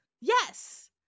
yes